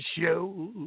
show